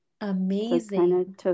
amazing